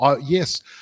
Yes